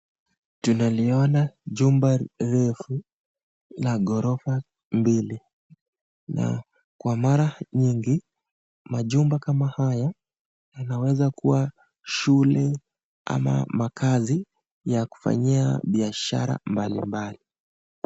Tunaliona jumba refu la ghorofa mbili. Kwa mara mingi majumba kama haya yanaweza kuwa shule ama makazi ya kufanyia biashara mbalimbali.